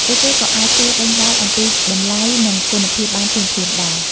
ពួកគេក៏អាចសួរដេញដោលអំពីតម្លៃនិងគុណភាពបានភ្លាមៗដែរ។